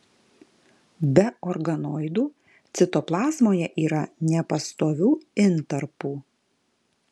be organoidų citoplazmoje yra nepastovių intarpų